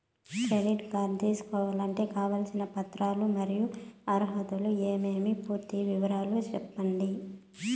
Credit card తీసుకోవాలంటే కావాల్సిన పత్రాలు మరియు అర్హతలు ఏమేమి పూర్తి వివరాలు సెప్పండి?